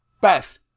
Beth